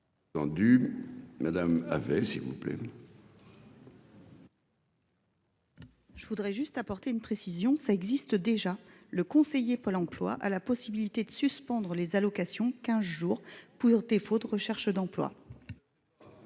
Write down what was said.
Je voudrais juste apporter une précision, ça existe déjà le conseiller Pôle Emploi a la possibilité de suspendre les allocations 15 jours pour défaut de recherche d'emploi.